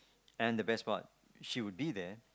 and the best part she would be there